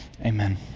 Amen